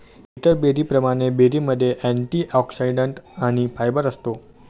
इतर बेरींप्रमाणे, बेरीमध्ये अँटिऑक्सिडंट्स आणि फायबर असतात